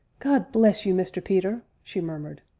god bless you, mr. peter! she murmured.